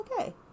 okay